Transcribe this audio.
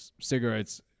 cigarettes